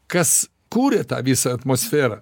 kas kuria tą visą atmosferą